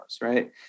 right